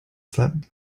slept